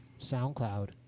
SoundCloud